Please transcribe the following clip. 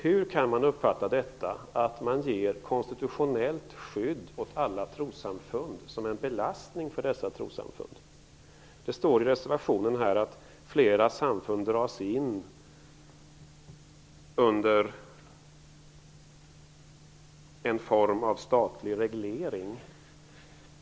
Hur kan man uppfatta detta att man ger konstitutionellt skydd för alla trossamfund som en belastning för dessa trossamfund? Det står i reservationen att flera samfund dras in under en form av statlig reglering.